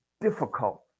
difficult